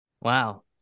Wow